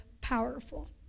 powerful